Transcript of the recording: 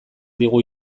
digu